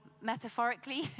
metaphorically